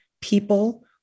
people